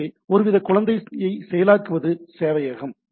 எனவே ஒருவித குழந்தையை செயலாக்குவது சேவையகம்